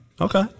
Okay